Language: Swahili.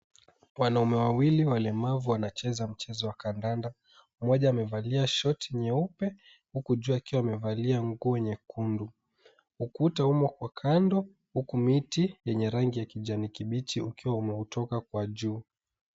Wanaume wawili walemavu wanacheza mchezo wa kandanda, mmoja amevalia short nyeupe huku juu akiwa amevalia nguo nyekundu. Ukuta umo kwa kando huku miti yenye rangi ya kijani kibichi ukiwa umeutoka kwa juu.